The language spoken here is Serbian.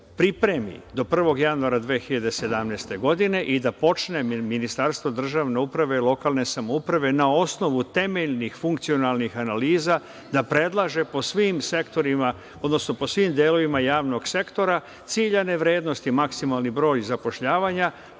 pripremi do 1. januara 2017. godine i da počne Ministarstvo državne uprave i lokalne samouprave, na osnovu temeljnih funkcionalnih analiza, da predlaže po svim sektorima, odnosno po svim delovima javnog sektora, ciljane vrednosti, maksimalni broj zapošljavanja,